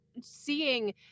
seeing